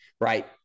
Right